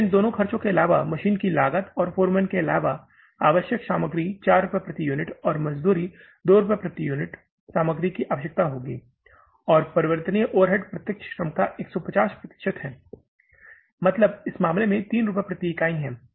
फिर इन दो खर्चों के अलावा मशीन की लागत और फोरमैन के अलावा आवश्यक सामग्री 4 रुपये प्रति यूनिट और मजदूरी 2 रुपये प्रति यूनिट सामग्री की आवश्यकता होगी और परिवर्तनीय ओवरहेड प्रत्यक्ष श्रम का 150 प्रतिशत है मतलब इस मामले में 3 रुपये प्रति इकाई का है